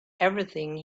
everything